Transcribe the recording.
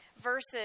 verses